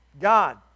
God